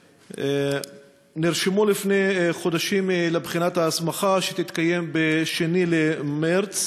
נרשמו לפני חודשים לבחינת ההסמכה שתתקיים ב-2 במרס,